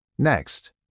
Next